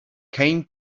came